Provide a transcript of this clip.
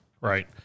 Right